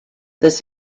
this